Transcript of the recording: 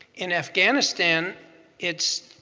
in afghanistan it's